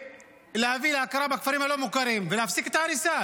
להביא להכרה בכפרים הלא-מוכרים ולהפסיק את ההריסה.